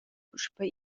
puspei